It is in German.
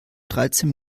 dreizehn